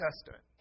Testament